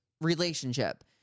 relationship